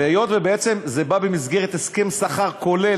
והיות שבעצם זה בא במסגרת הסכם שכר כולל,